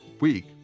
week